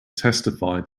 testified